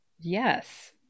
Yes